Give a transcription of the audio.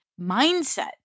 mindset